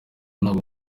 ntabwo